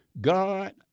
God